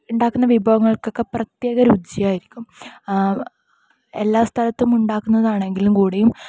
ഉണ്ടാക്കുന്ന വിഭവങ്ങൾക്കൊക്കെ പ്രത്യേക രുചിയായിരിക്കും എല്ലാ സ്ഥലത്തും ഉണ്ടാക്കുന്നതാണെങ്കിലും കൂടിയും